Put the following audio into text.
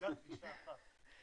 נקודת גישה אחת.